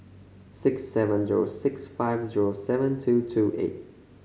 six seven zero six five zero seven two two eight